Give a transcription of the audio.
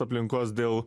aplinkos dėl